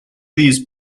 these